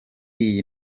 iyi